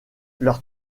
leur